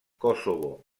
kosovo